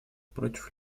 против